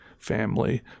family